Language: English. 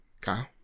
Kyle